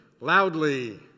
loudly